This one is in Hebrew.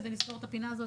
כדי לסגור את הפינה הזאת,